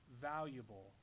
valuable